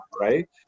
right